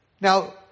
Now